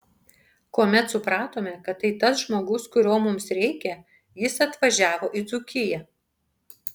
kuomet supratome kad tai tas žmogus kurio mums reikia jis atvažiavo į dzūkiją